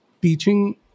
teaching